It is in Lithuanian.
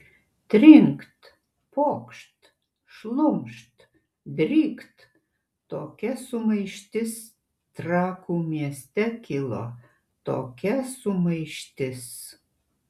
trinkt pokšt šlumšt drykt tokia sumaištis trakų mieste kilo tokia sumaištis